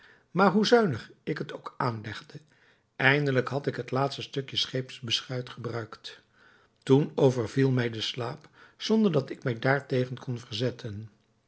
maar hoe zuinig ik het ook aanlegde eindelijk had ik het laatste stukje scheepsbeschuit gebruikt toen overviel mij de slaap zonder dat ik mij daartegen kon verzetten